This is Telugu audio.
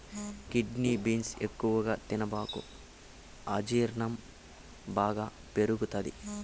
కిడ్నీ బీన్స్ ఎక్కువగా తినబాకు అజీర్ణం బాగా పెరుగుతది